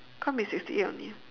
can't be sixty eight only